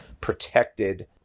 protected